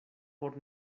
por